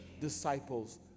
disciples